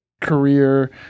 career